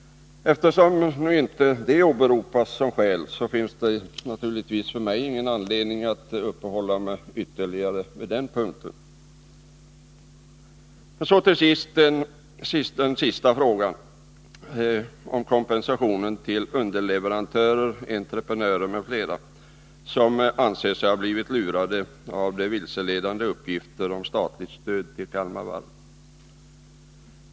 Eftersom det nu inte åberopas som skäl, finns det naturligtvis för mig ingen anledning att uppehålla mig ytterligare vid den punkten. Så till den sista frågan, om kompensation till underleverantörer, entre 33 prenörer m.fl. som anser sig ha blivit lurade av de vilseledande uppgifterna om statligt stöd till varvet.